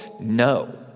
No